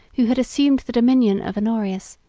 who had assumed the dominion of honorius,